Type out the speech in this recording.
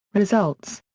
results.